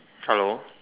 hello